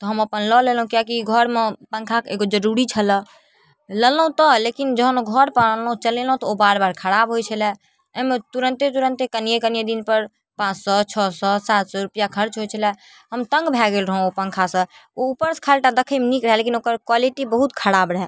तऽ हम अपन लऽ लेलहुँ किएककि घरमे पङ्खाके एगो जरूरी छलै लेलहुँ तऽ लेकिन जखन घरपर अनलहुँ चलेलहुँ तऽ ओ बार बार खराब होइ छलै अइमे तुरन्ते तुरन्ते कनिये कनिये दिनपर पाँच सए छओ सए सात सए रुपैआ खर्च होइ छलै हम तङ्ग भए गेल रहौँ ओ पङ्खासँ ओ उपरसँ खाली टा देखैमे नीक रहै लेकिन ओकर क्वालिटी बहुत खराब रहै